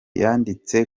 yanditse